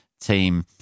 team